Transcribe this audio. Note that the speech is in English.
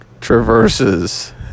traverses